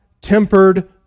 tempered